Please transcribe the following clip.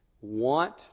want